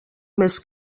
més